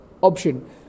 option